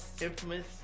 infamous